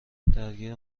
درگیر